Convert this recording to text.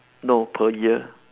no per year